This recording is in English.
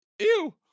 Ew